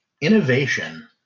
Innovation